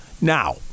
now